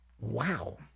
wow